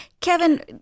Kevin